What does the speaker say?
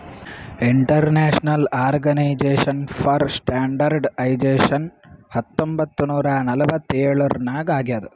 international organization for standardization ಹತ್ತೊಂಬತ್ ನೂರಾ ನಲ್ವತ್ತ್ ಎಳುರ್ನಾಗ್ ಆಗ್ಯಾದ್